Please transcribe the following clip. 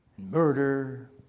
Murder